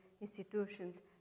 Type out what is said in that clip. institutions